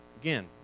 again